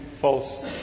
false